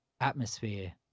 atmosphere